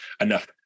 enough